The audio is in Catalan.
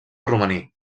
romaní